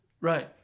Right